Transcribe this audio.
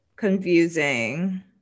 Confusing